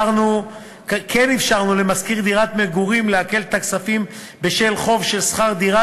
כן אפשרנו למשכיר דירת מגורים לעקל את הכספים בשל חוב של שכר-דירה